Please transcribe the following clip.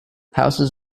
houses